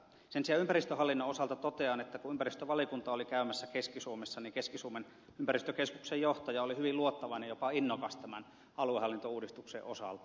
sen sijaan ympäristöhallinnon osalta totean että kun ympäristövaliokunta oli käymässä keski suomessa niin keski suomen ympäristökeskuksen johtaja oli hyvin luottavainen jopa innokas tämän aluehallintouudistuksen osalta